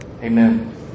amen